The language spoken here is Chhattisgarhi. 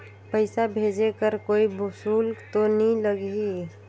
पइसा भेज कर कोई शुल्क तो नी लगही?